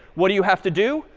what do you have to do?